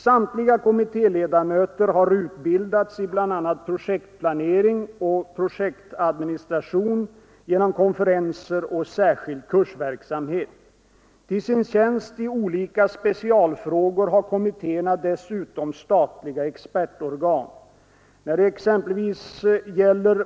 Samtliga kommittéledamöter har utbildats i bl.a. projektplanering och projektadministration genom konferenser och särskild kursverksamhet. Till sin tjänst i olika specialfrågor har kommittéerna dessutom statliga expertorgan. När det gäller exempelvis